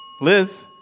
Liz